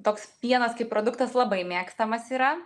toks pienas kaip produktas labai mėgstamas yra